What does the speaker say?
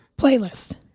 playlist